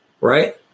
Right